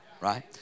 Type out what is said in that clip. right